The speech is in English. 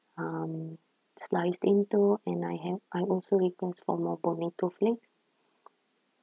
um sliced into and I ha~ I also request for more bonito flakes